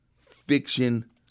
fiction